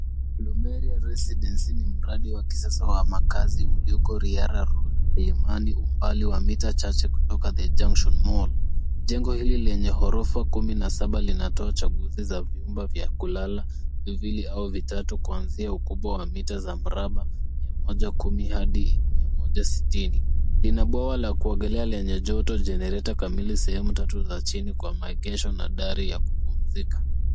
Bemberia Residency ni mradi wa kisasa wa makazi ulioko Riara Road , Milimani umbali wa mita chache kutoka The junction Mall . Jengo hili lenye gorofa kumi na saba linatoa uchaguzi za vyumba vya kulala viwili au vitatu kuanzia ukubwa wa mita za miraba mia moja kumi hadi mia moja sitini. Lina bwawa la kuogelea lenye joto, jenereta kamili, sehemu tatu za chini kwa maegesho na dari ya kupumzika.